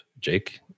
jake